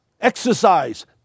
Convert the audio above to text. exercise